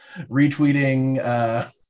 retweeting